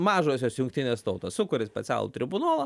mažosios jungtinės tautos sukuria specialų tribunolą